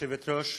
כבוד היושבת-ראש,